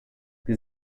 sie